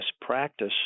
practice